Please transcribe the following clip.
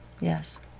Yes